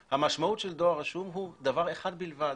המשמעות של דואר רשום היא דבר אחד בלבד,